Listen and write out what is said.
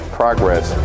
progress